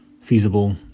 feasible